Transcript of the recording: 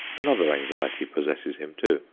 another anxiety possesses him too.